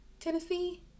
Tennessee